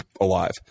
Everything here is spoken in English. alive